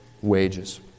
wages